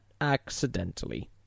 accidentally